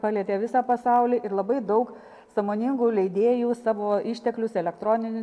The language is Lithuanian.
palietė visą pasaulį ir labai daug sąmoningų leidėjų savo išteklius elektroninius